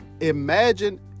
imagine